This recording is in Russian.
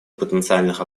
потенциальных